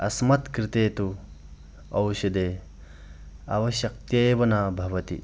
अस्मत्कृते तु औषधे आवश्यकता एव न भवति